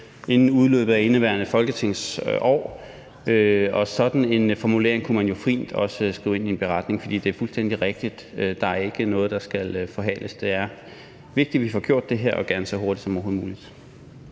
inden udløbet af indeværende folketingsår, og sådan en formulering kunne man jo også fint skrive ind i en beretning. For det er fuldstændig rigtigt, at der ikke er noget, der skal forhales. Det er vigtigt, at vi får gjort det her og gerne så hurtigt som overhovedet muligt.